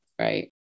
right